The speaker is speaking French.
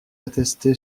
attesté